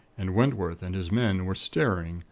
and wentworth and his men were staring,